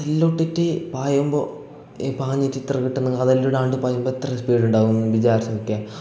അതെല്ലാം ഇട്ടിട്ട് പായുമ്പോൾ പാഞ്ഞിട്ട് ഇത്ര കിട്ടെന്ന് അതെല്ല ഇടാണ്ട് പായുമ്പെത്ര സ്പീഡുണ്ടാവുംന്ന് വിചാരിച്ച് നോക്കിയാൽ